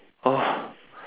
oh